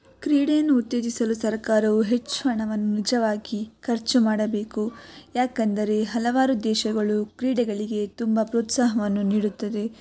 ಕ್ರೀಡೆಯನ್ನು ಉತ್ತೇಜಿಸಲು ಸರ್ಕಾರವು ಹೆಚ್ಚು ಹಣವನ್ನು ನಿಜವಾಗಿ ಖರ್ಚು ಮಾಡಬೇಕು ಯಾಕೆಂದರೆ ಹಲವಾರು ದೇಶಗಳು ಕ್ರೀಡೆಗಳಿಗೆ ತುಂಬ ಪ್ರೋತ್ಸಾಹವನ್ನು ನೀಡುತ್ತದೆ